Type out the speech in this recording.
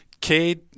Cade